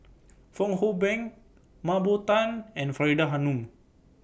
Fong Hoe Beng Mah Bow Tan and Faridah Hanum